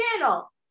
channel